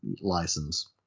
license